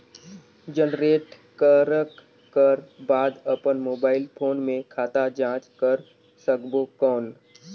Generate करक कर बाद अपन मोबाइल फोन मे खाता जांच कर सकबो कौन?